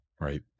right